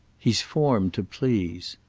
he's formed to please.